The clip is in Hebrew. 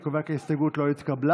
אני קובע כי ההסתייגות לא התקבלה.